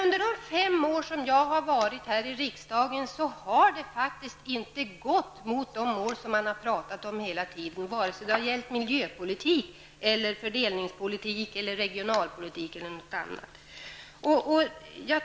Under de fem år som jag tillhört riksdagen har utvecklingen faktiskt inte gått mot de mål som man hela tiden har talat om, vare sig det gäller miljöpolitik, fördelningspolitik, regionalpolitik eller något annat.